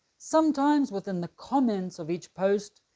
sometimes within the comments of each post,